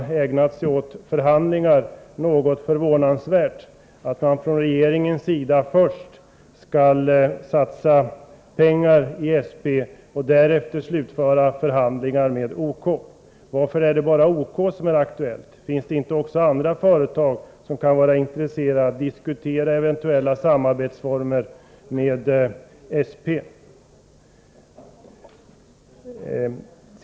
Om det pågår förhandlingar, är det något förvånansvärt att man från regeringens sida först skall satsa pengar i SP och därefter slutföra förhandlingarna med OK. Varför är det bara OK som är aktuellt? Finns det inte också andra företag som kan vara intresserade av att diskutera former för ett eventuellt samarbete med SP?